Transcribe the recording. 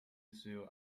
issue